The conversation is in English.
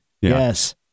Yes